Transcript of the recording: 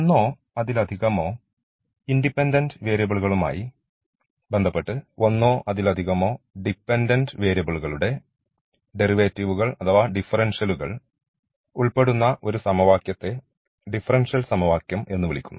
ഒന്നോ അതിലധികമോ ഇൻഡിപെൻഡൻറ് വേരിയബിൾകളുമായി ബന്ധപ്പെട്ട് ഒന്നോ അതിലധികമോ ഡിപെൻഡൻറ് വേരിയബിൾകളുടെ ഡെറിവേറ്റീവ്കൾ അഥവാ ഡിഫറൻഷ്യൽകൾ ഉൾപ്പെടുന്ന ഒരു സമവാക്യത്തെ ഡിഫറൻഷ്യൽ സമവാക്യം എന്ന് വിളിക്കുന്നു